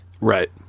Right